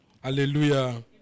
Hallelujah